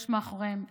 יש מאחוריהם משפחה,